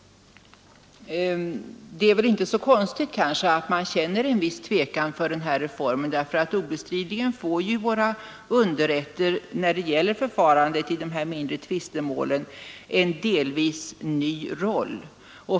Det är väl kanske inte så konstigt att man känner en viss tvekan inför denna reform. Obestridligen får våra underrätter när det gäller förfarandet i dessa mindre tvistemål en delvis ny roll.